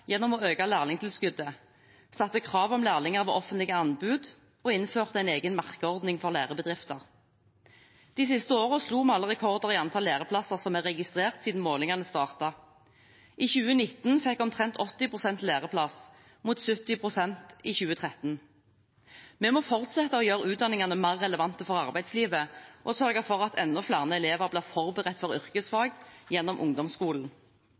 gjennom å øke lærlingtilskuddet, sette krav om lærlinger ved offentlige anbud og innføre en egen merkeordning for lærebedrifter. De siste årene slo vi alle rekorder i antall læreplasser som er registrert siden målingene startet. I 2019 fikk omtrent 80 pst. læreplass mot 70 pst. i 2013. Vi må fortsette å gjøre utdanningene mer relevante for arbeidslivet og sørge for at enda flere elever blir forberedt for yrkesfag gjennom ungdomsskolen.